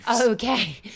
Okay